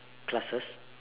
classes